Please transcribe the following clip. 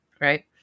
right